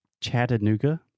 Chattanooga